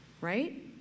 right